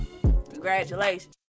congratulations